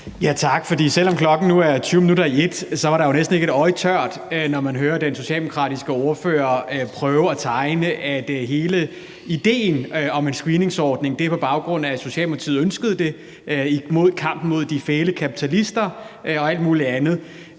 Tak. Selv om klokken nu er tyve minutter i et, var der jo næsten ikke et øje tørt, da man hørte den socialdemokratiske ordfører prøve at tegne et billede af, at hele idéen om en screeningsordning var på baggrund af, at Socialdemokratiet ønskede det i kampen mod de fæle kapitalister og alt muligt andet.